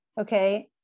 okay